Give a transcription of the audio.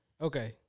Okay